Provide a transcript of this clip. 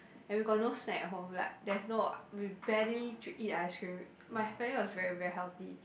and we got no snack at home we like there's no we barely d~ eat ice cream my family was very very healthy